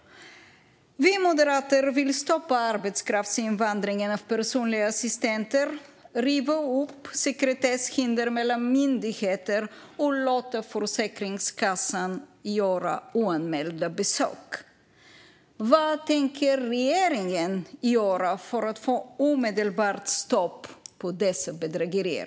Vi moderater vill stoppa arbetskraftsinvandringen i fråga om personliga assistenter, riva upp sekretesshinder mellan myndigheter och låta Försäkringskassan göra oanmälda besök. Vad tänker regeringen göra för att omedelbart få stopp på dessa bedrägerier?